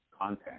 content